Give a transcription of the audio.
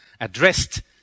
addressed